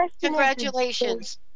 Congratulations